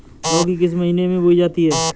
लौकी किस महीने में बोई जाती है?